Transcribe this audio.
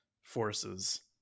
forces